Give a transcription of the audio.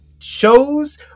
shows